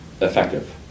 effective